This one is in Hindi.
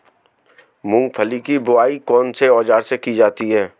मूंगफली की बुआई कौनसे औज़ार से की जाती है?